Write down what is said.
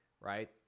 right